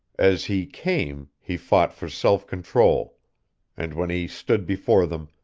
as he came, he fought for self control and when he stood before them,